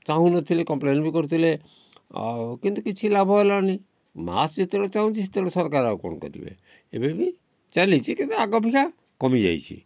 ଚାହୁଁନଥିଲେ କମ୍ପ୍ଲେନ୍ ବି କରୁଥିଲେ ଆଉ କିନ୍ତୁ କିଛି ଲାଭ ହେଲାନି ମାସ ଯେତେବେଳେ ଚାହୁଁଛି ସେତେବେଳେ ସରକାର ଆଉ କ'ଣ କରିବେ ଏବେ ବି ଚାଲିଛି କିନ୍ତୁ ଆଗ ଅପେକ୍ଷା କମିଯାଇଛି